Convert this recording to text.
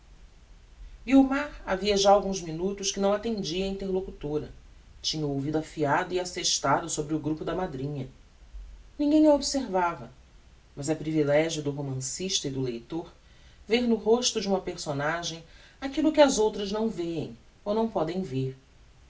opposição guiomar havia já alguns minutos que não attendia á interlocutora tinha o ouvido afiado e assestado sobre o grupo da madrinha ninguem a observava mas é privilegio do romancista e do leitor ver no rosto de uma personagem aquillo que as outras não veem ou não podem ver